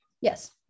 yes